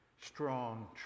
strong